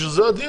בשביל זה הדיון.